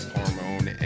Hormone